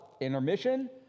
Intermission